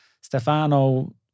Stefano